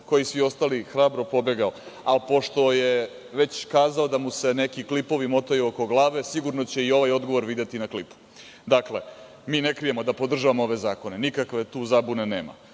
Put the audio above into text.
kao i svi ostali, hrabro pobegao. Pošto je već kazao da mu se neki klipovi motaju oko glave, sigurno će i ovaj odgovor videti na klipu. Dakle, mi ne krijemo da podržavamo ove zakone, nikakve tu zabune nema.